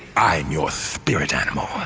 i'm your spirit animal. ah